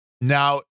Now